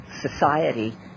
society